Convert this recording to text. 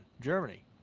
Germany